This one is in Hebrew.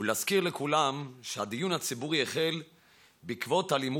ולהזכיר לכולם שהדיון הציבורי החל בעקבות אלימות